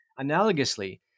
Analogously